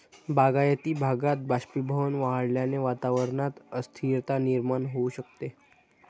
बागायती भागात बाष्पीभवन वाढल्याने वातावरणात अस्थिरता निर्माण होऊ शकते